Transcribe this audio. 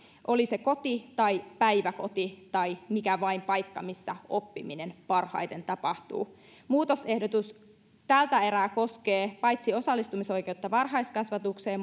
oli se koti tai päiväkoti tai mikä vain paikka missä oppiminen parhaiten tapahtuu muutosehdotus tältä erää koskee paitsi osallistumisoikeutta varhaiskasvatukseen